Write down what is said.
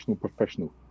professional